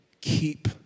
keep